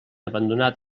abandonar